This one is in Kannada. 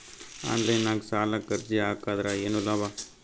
ಆನ್ಲೈನ್ ನಾಗ್ ಸಾಲಕ್ ಅರ್ಜಿ ಹಾಕದ್ರ ಏನು ಲಾಭ?